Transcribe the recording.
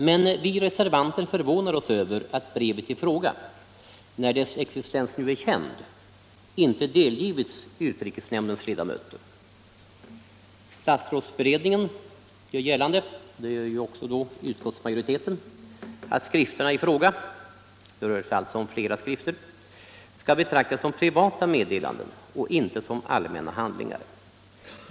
Men vi reservanter förvånar oss över att brevet i fråga, när dess existens nu är känd, inte har delgivits utrikesnämndens ledamöter. Statsrådsberedningen och utskottsmajoriteten gör gällande att skrifterna i fråga — det rör sig alltså om flera — skall betraktas som privata meddelanden och inte som allmänna handlingar.